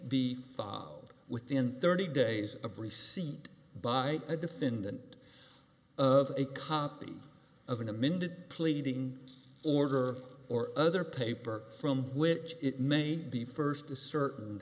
fine within thirty days of receipt by a defendant a copy of an amended pleading order or other paper from which it may be first to certain